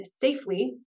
safely